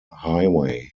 highway